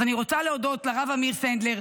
אז אני רוצה להודות לרב אמיר סנדלר,